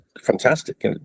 fantastic